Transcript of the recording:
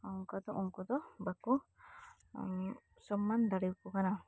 ᱚᱝᱠᱟ ᱫᱚ ᱩᱝᱠᱩ ᱫᱚ ᱵᱟᱠᱚ ᱥᱚᱢᱢᱟᱱ ᱫᱟᱲᱮᱣ ᱠᱚ ᱠᱟᱱᱟ